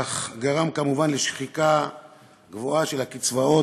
אך גרם כמובן לשחיקה גבוהה של הקצבאות